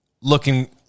looking